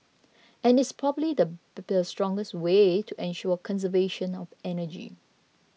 and it's probably the strongest way to ensure conservation of energy